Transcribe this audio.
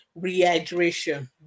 rehydration